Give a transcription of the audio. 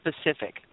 specific